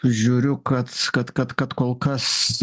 žiūriu kad kad kad kad kol kas